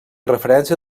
referència